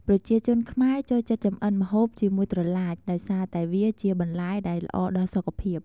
ប្រជាជនខ្មែរចូលចិត្តចម្អិនម្ហូបជាមួយត្រឡាច ដោយសារតែវាជាបន្លែដែលល្អដល់សុខភាព។